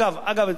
אגב,